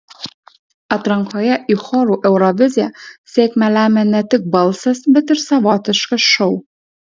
atrankoje į chorų euroviziją sėkmę lemia ne tik balsas bet ir savotiškas šou